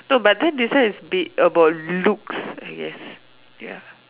no but then this one is bit about looks yes ya